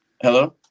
Hello